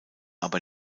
aber